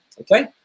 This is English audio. okay